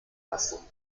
lassen